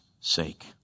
sake